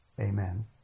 Amen